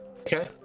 Okay